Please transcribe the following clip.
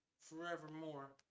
forevermore